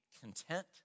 content